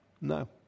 No